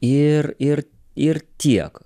ir ir ir tiek